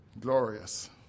Glorious